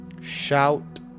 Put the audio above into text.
shout